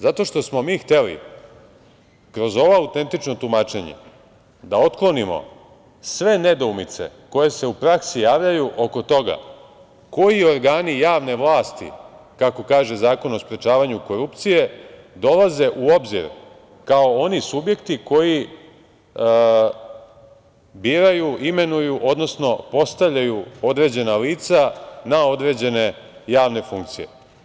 Zato što smo mi hteli kroz ovo autentično tumačenje da otklonimo sve nedoumice koje se u praksi javljaju oko toga koji organi javne vlasti, kako kaže Zakon o sprečavanju korupcije, dolaze u obzir kao oni subjekti koji biraju, imenuju, odnosno postavljaju određena lica na određene javne funkcije.